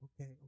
Okay